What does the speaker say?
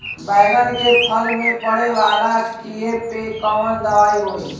बैगन के फल में पड़े वाला कियेपे कवन दवाई होई?